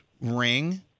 ring